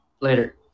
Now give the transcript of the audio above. Later